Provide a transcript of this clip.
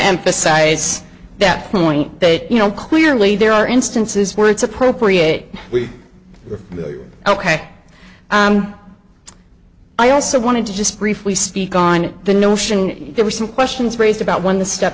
emphasize that point that you know clearly there are instances where it's appropriate we were ok i also wanted to just briefly speak on the notion there were some questions raised about when the step